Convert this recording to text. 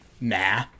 nah